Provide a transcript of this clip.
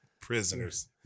Prisoners